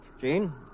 Jean